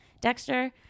Dexter